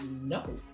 no